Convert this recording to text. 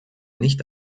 nicht